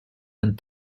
and